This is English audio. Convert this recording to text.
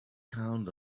count